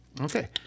okay